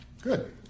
Good